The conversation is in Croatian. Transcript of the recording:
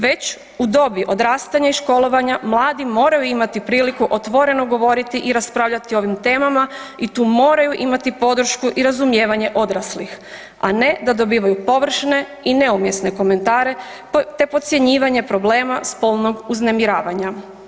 Već u dobi odrastanja i školovanja mladi moraju imati priliku otvoreno govoriti i raspravljati o ovim temama i tu moraju imati podršku i razumijevanje odraslih, a ne da dobivaju površne i neumjesne komentare te podcjenjivanje problema spolnog uznemiravanja.